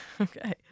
Okay